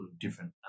different